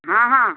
ହଁ ହଁ